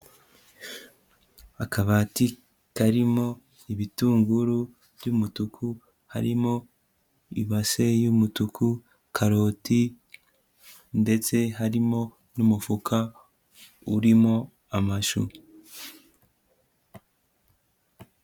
Akabati karimo ibitunguru by'umutuku, harimo ibase y'umutuku, karoti ndetse harimo n'umufuka urimo amashu.